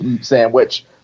sandwich